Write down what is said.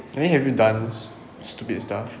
I mean have you done stupid stuff